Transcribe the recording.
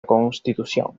constitución